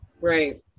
Right